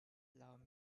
love